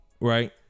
right